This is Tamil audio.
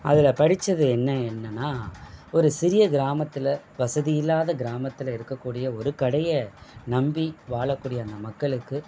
அதில் படித்தது என்ன என்னன்னால் ஒரு சிறிய கிராமத்தில் வசதி இல்லாத கிராமத்தில் இருக்கக்கூடிய ஒரு கடையை நம்பி வாழக்கூடிய அந்த மக்களுக்கு